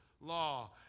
law